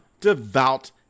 devout